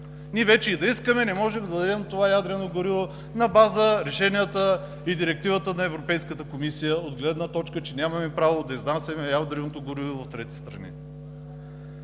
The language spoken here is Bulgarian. Ние и да искаме, вече не можем да дадем това ядрено гориво на база на решенията и директивата на Европейската комисия, че нямаме право да изнасяме ядреното гориво в трети страни.